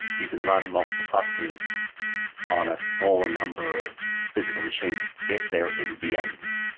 you can run multiple clusters on a smaller number of physical machines if they're in vms,